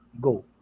go